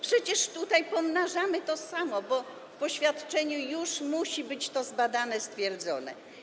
Przecież tutaj pomnażamy to samo, bo w oświadczeniu już musi być to zbadane, stwierdzone.